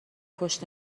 پشت